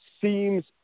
seems